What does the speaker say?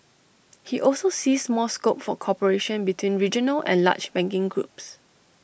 he also sees more scope for cooperation between regional and large banking groups